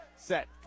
Set